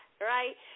Right